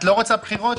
את לא רוצה בחירות?